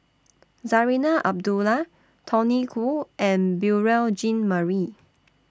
Zarinah Abdullah Tony Khoo and Beurel Jean Marie